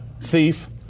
thief